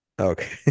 Okay